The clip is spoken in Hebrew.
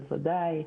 בוודאי.